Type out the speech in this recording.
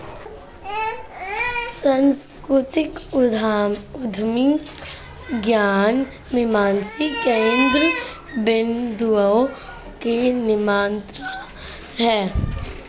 सांस्कृतिक उद्यमी ज्ञान मीमांसा केन्द्र बिन्दुओं के निर्माता हैं